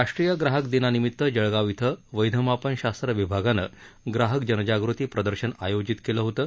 राष्ट्रीय ग्राहक दिनानिमित्त जळगांव इथं वध्यापन शास्त्र विभागानं ग्राहक जनजागृती प्रदर्शन आयोजित केलं होतं